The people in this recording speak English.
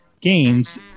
games